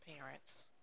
parents